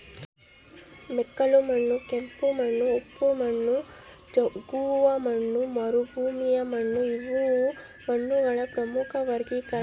ಮೆಕ್ಕಲುಮಣ್ಣು ಕೆಂಪುಮಣ್ಣು ಉಪ್ಪು ಮಣ್ಣು ಜವುಗುಮಣ್ಣು ಮರುಭೂಮಿಮಣ್ಣುಇವು ಮಣ್ಣುಗಳ ಪ್ರಮುಖ ವರ್ಗೀಕರಣ